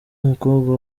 umukobwa